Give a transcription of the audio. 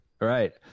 Right